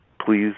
Please